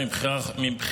מזל טוב.